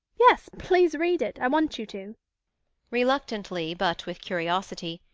yes, please read it i want you to reluctantly, but with curiosity,